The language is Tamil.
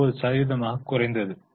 59 சதவீதமாக குறைந்தது